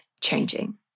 changing